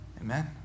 Amen